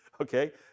okay